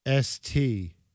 ST